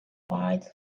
wild